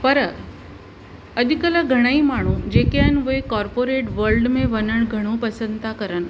पर अॼुकल्ह घणा ई माण्हू जेके आहिनि वही कॉर्पोरेट वर्ल्ड में वञणु घणो पसंदि त करणु